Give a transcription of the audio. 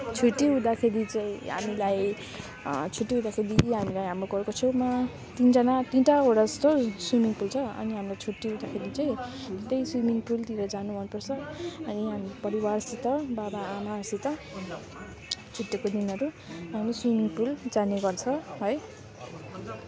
छुट्टी हुँदाखेरि चाहिँ हामीलाई छुट्टी हुँदाखेरि हामीलाई हाम्रो घरको छेउमा तिनजाना तिनवटावटा जस्तो स्विमिङ पुल छ अनि हाम्रो छुट्टी हुँदैखेरि चाहिँ त्यही स्विमिङ पुलतिर जानु मनपर्छ अनि हाम्रो परिवारसित बाबा आमासित छुट्टीको दिनहरू हामी स्विमिङ पुल जाने गर्छ है